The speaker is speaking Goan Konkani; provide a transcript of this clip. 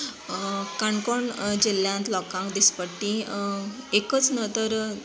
काणकोण जिल्यांत लोकांक दिसपट्टी एकच न्हय तर